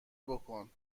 بـکـن